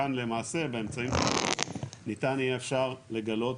כאן למעשה באמצעים האלה ניתן יהיה לגלות